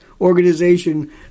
organization